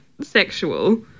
sexual